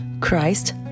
Christ